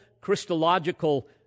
Christological